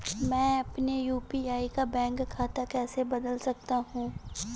मैं अपने यू.पी.आई का बैंक खाता कैसे बदल सकता हूँ?